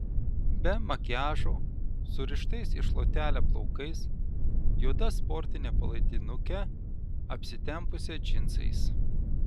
be makiažo surištais į šluotelę plaukais juoda sportine palaidinuke apsitempusią džinsais